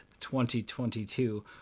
2022